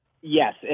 Yes